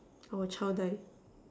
oh child die